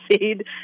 seed